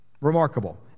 Remarkable